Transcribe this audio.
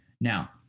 Now